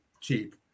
cheap